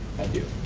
thank you!